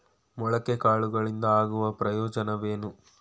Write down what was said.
ಮೊಳಕೆ ಕಾಳುಗಳಿಂದ ಆಗುವ ಪ್ರಯೋಜನವೇನು?